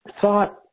thought